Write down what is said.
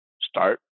start